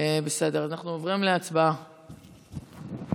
אנחנו עוברים להצבעה.